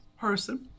person